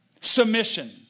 submission